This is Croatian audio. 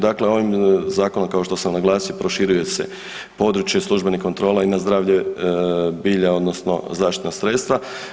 Dakle, ovim zakonom kao što sam naglasio, proširuje se područje službenih kontrola i na zdravlje bilja odnosno zaštitna sredstva.